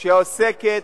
כל מי שרוצה להשתתף,